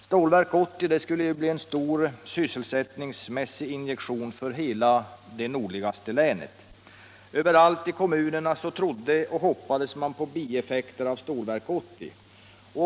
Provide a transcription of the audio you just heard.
Stålverk 80 skulle ju bli en sysselsättningsmässig injektion för hela Norrbotten. Överallt i kommunerna trodde man och hoppades på bieffekter av Stålverk 80.